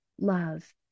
love